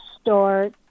start